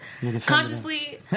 Consciously